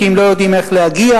כי הם לא יודעים איך להגיע,